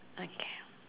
okay